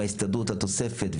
ההסתדרות על תוספת,